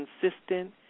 consistent